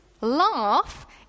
laugh